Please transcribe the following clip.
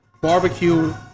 barbecue